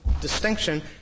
distinction